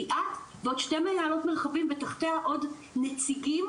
ליאת ועוד שתי מנהלות מרחבים ותחתיה עוד נציגים,